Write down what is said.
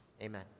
amen